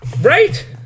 Right